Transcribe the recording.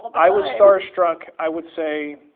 like i was starstruck, i would say